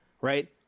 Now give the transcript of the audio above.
right